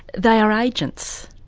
they are agents,